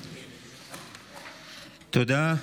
תודה.